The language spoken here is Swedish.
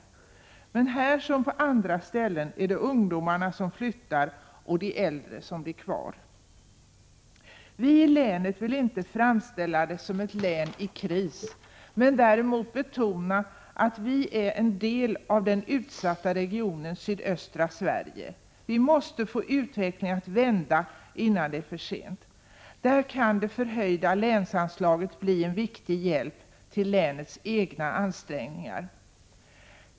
1986/87:129 som på andra ställen är det ungdomarna som flyttar och de äldre som blir 22 maj 1987 kvar. Vi i länet vill inte framställa det som ett län i kris men däremot betona att vårt län är en del av den utsatta regionen sydöstra Sverige. Vi måste få utvecklingen att vända, innan det är för sent. Där kan det förhöjda länsanslaget bli en viktig hjälp till länets egna ansträngningar.